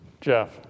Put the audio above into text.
Jeff